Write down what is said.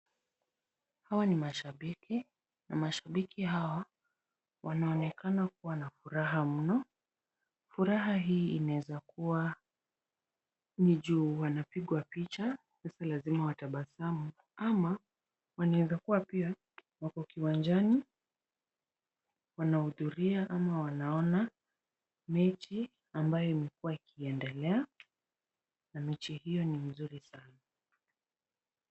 Hawa ni mashabiki na mashabiki hawa wanaonekana kuwa na furaha mno. Furaha hii inaweza kuwa ni juu wanapigwa picha sasa lazima watabasamu, ama, wanaweza kuwa pia wako kiwanjani wanahudhuria ama wanaona mechi ambayo imekuwa ikiendelea na mechi hiyo ni mzuri sana.